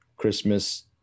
Christmas